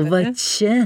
va čia